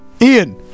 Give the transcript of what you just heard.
Ian